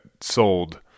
sold